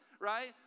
right